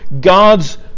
God's